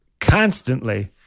constantly